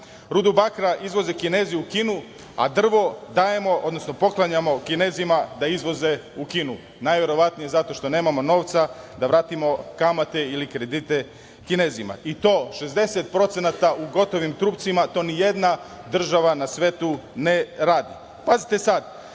Rudu bakra izvoze Kinezi u Kinu, a drvo dajemo, odnosno poklanjamo Kinezima da izvoze u Kinu. Najverovatnije zato što nemamo novca da vratimo kamate ili kredite Kinezima. I to 60% u gotovim trupcima. To nijedna država na svetu ne radi. Pazite sad,